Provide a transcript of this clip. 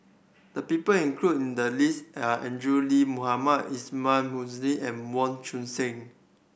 the people included in the list are Andrew Lee Mohamed Ismail and Mong Tuang Seng